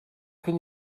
can